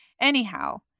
Anyhow